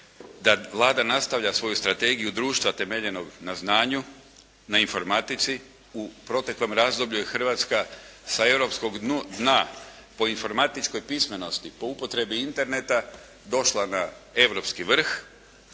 da Vlada nastavlja svoju strategiju društva temeljenog na znanju, na informatici. U proteklom razdoblju je Hrvatska sa europskog dna po informatičkoj pismenosti, po upotrebi Interneta došla na europski vrh.